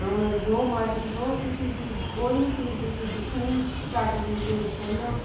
ਹੁਣ ਜੋ ਮਰਜ਼ੀ ਜੋ ਕਿਸੀ ਚੀਜ਼ ਕੋਈ ਵੀ ਚੀਜ਼ ਤੁਸੀਂ ਸਿੱਖਣੀ ਝਟ ਯੂਟਿਊਬ ਖੋਲ੍ਹੋ